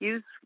Use